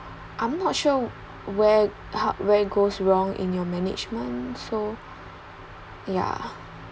I'm not sure where how where goes wrong in your management so yeah